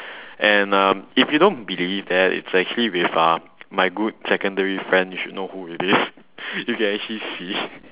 uh and um if you don't believe that it's actually with my good secondary friend you should know who it is you can actually see it